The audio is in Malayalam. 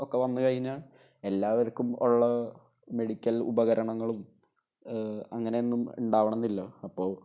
ഒക്കെ വന്നു കഴിഞ്ഞാൽ എല്ലാവർക്കും ഉള്ള മെഡിക്കൽ ഉപകരണങ്ങളും അങ്ങനെയൊന്നും ഉണ്ടാകണമെന്നില്ല അപ്പോൾ